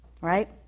right